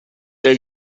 der